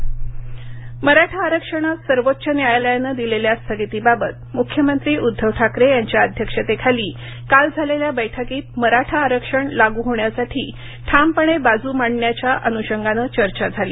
मराठा आरक्षण मराठा आरक्षणास सर्वोच्च न्यायालयाने दिलेल्या स्थगितीबाबत मुख्यमंत्री उद्धव ठाकरे यांच्या अध्यक्षतेखाली काल झालेल्या बैठकीत मराठा आरक्षण लागू होण्यासाठी ठामपणे बाजू मांडण्याच्या अन्रषंगाने चर्चा झाली